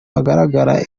agaragara